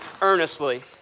earnestly